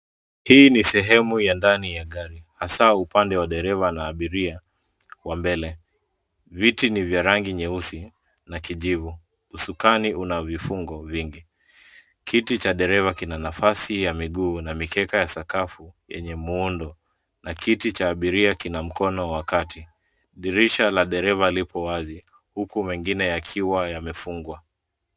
Hii ni sehemu ya ndani ya gari hasa upande wa dereva na abiria wa mbele. Viti ni vya rangi nyeusi na kijivu. Usukani una vifungo vingi. kiti cha dereva kina nafasi ya miguu na mikeka ya sakafu yenye muundo na kiti cha abiria kina mkono wa kati. Dirisha la dereva lipo wazi huku mengine yakiwa yamefungwa.